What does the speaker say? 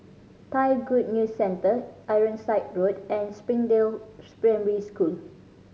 Thai Good News Centre Ironside Road and Springdale School